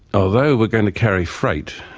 although we're going to carry freight,